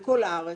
בכל הארץ.